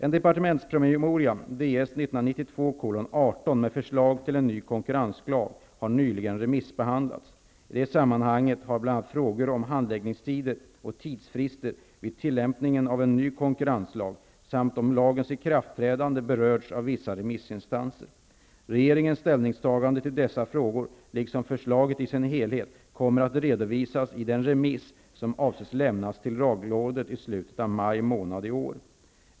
En departementspromemoria med förslag till en ny konkurrenslag har nyligen remissbehandlats. I det sammanhanget har bl.a. frågor om handläggningstider och tidsfrister vid tillämpning av en ny konkurrenslag samt om lagens ikraftträdande berörts av vissa remissinstanser. Regeringens ställningstagande beträffande dessa frågor liksom till förslaget i dess helhet kommer att redovisas i den remiss som avses lämnas till lagrådet i slutet av maj månad i år.